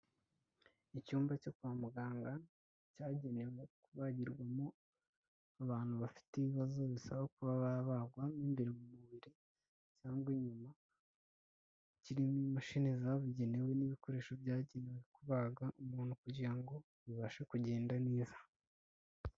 Icyumba cyo kwa muganga, cyagenewe kubagirwamo abantu bafite ibibazo bisaba kuba babagwa , mo imbere mu mubiri cyangwa inyuma . Kirimo imashini zabugenewe n'ibikoresho byagenewe kubaga umuntu , kugira ngo bibashe kugenda neza.